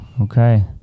Okay